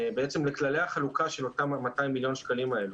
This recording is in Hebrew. לכללי החלוקה של אותם 200 מיליון השקלים האלו.